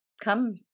come